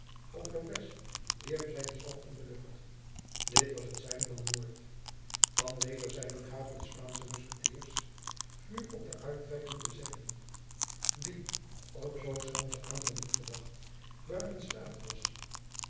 of lopez wierp zijnen staf in de lucht dit was het sein van den moord van wederszijden jacob van lennep de pleegzoon gaven de spaansche muskettiers vuur op de uittrekkende bezetting die op zoo schelmschen aanval niet verdacht buiten staat was